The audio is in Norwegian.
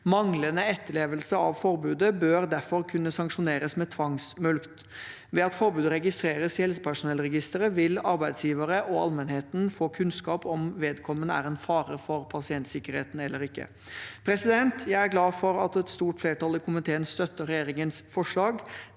Manglende etterlevelse av forbudet bør derfor kunne sanksjoneres med tvangsmulkt. Ved at forbudet registreres i helsepersonellregisteret, vil arbeidsgivere og allmennheten få kunnskap om vedkommende er en fare for pasientsikkerheten eller ikke. Jeg er glad for at et stort flertall i komiteen støtter regjeringens forslag.